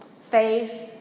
Faith